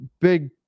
big